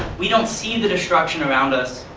we don't see the destruction around us.